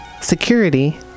security